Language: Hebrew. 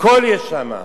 הכול יש שם.